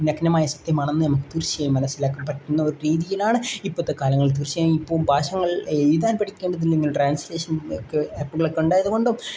നഗ്നമായ സത്യമാണെന്ന് നമുക്ക് തീർച്ചയായും മനസ്സിലാക്കാൻ പറ്റുന്ന ഒരു രീതിയിലാണ് ഇപ്പഴത്തെ കാലങ്ങൾ തീർച്ചയായും ഇപ്പം ഭാഷകൾ എഴുതാൻ പഠിക്കേണ്ടതില്ലെങ്കിൽ ട്രാൻസ്ലേഷൻ ഒക്കെ ആപ്പുകളൊക്കെ ഉണ്ടായത് കൊണ്ടും